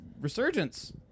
resurgence